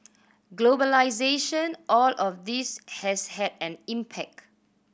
globalisation all of this has had an impact